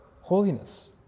holiness